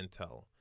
intel